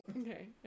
okay